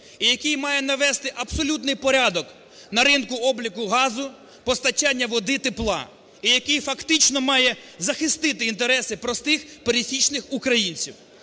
і який має навести абсолютний порядок на ринку обліку газу, постачання води, тепла, і який фактично має захистити інтереси простих пересічних українців.